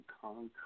concrete